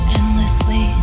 endlessly